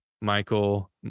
Michael